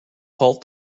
halt